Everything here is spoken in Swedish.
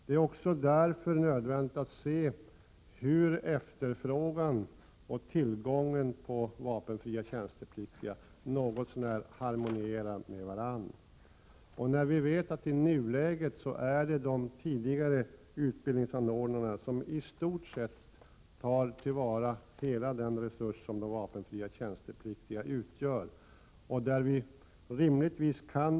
Det är nödvändigt att se till att efterfrågan och tillgång på vapenfria tjänstepliktiga något så när harmonierar. De tidigare utbildningsanordnarna tar till vara i stort sett hela den resurs som de vapenfria tjänstepliktiga utgör.